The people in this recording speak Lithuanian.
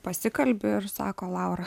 pasikalbi ir sako laura